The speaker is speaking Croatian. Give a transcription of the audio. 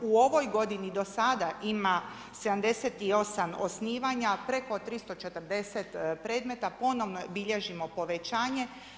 U ovoj godini do sada ima 78 osnivanja, preko 340 predmeta ponovno bilježimo povećanje.